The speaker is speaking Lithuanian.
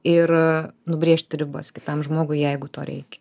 ir nubrėžti ribas kitam žmogui jeigu to reikia